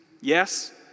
Yes